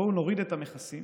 בואו נוריד את המכסים